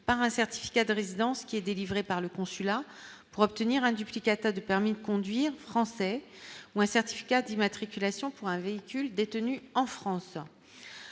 par un certificat de résidence qui est délivré par le consulat pour obtenir un duplicata de permis de conduire, français ou un certificat d'immatriculation pour un véhicule détenus en France,